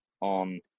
on